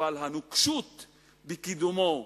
אבל הנוקשות בקידומו,